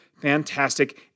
fantastic